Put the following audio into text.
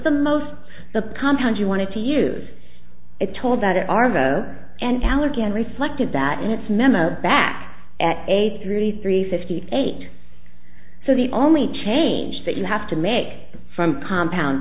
the most the compound you wanted to use it told that in arvada and allergy and reflected that in its memo back at eighty three three fifty eight so the only change that you have to make from compound